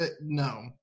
no